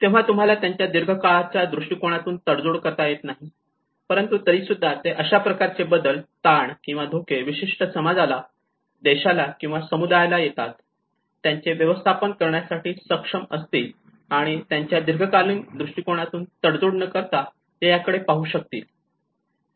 तेव्हा तुम्हाला त्यांच्या दीर्घ काळाच्या दृष्टिकोनातून तडजोड करता येणार नाही परंतु तरी सुद्धा ते अशा प्रकारचे बदल ताण किंवा धोके विशिष्ट समाजाला किंवा देशाला किंवा समुदायाला येतात त्यांचे व्यवस्थापन करण्यासाठी सक्षम असतील आणि त्यांच्या दीर्घकालीन दृष्टिकोनातून तडजोड न करता ते याकडे पाहू शकतील